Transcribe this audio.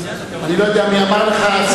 אני לא יודע מי אמר לך.